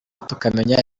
tukamenya